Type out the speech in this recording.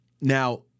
Now